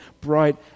bright